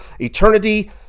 eternity